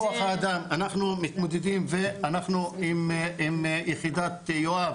עם כוח-האדם אנחנו מתמודדים ואנחנו עם יחידת יואב